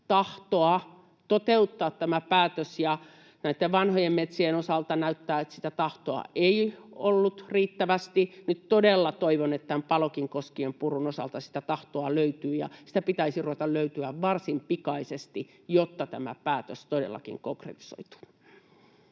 tahtoa toteuttaa tämä päätös. Näitten vanhojen metsien osalta näyttää siltä, että sitä tahtoa ei ollut riittävästi. Nyt todella toivon, että Palokin koskien purun osalta sitä tahtoa löytyy, ja sitä pitäisi ruveta löytymään varsin pikaisesti, jotta tämä päätös todellakin konkretisoituu.